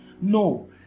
No